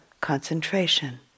concentration